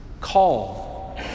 call